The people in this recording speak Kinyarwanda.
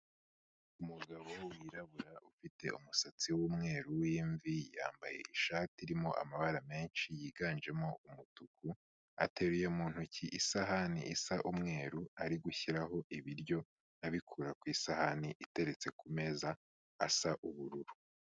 Umugabo wirabura ufite umusatsi w'umweru w'imvi, yambaye ishati irimo amabara menshi yiganjemo umutuku, ateruye mu ntoki isahani isa umweru ari gushyiraho ibiryo abikura ku isahani iteretse ku meza asa ubururu.